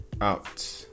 out